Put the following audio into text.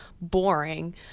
boring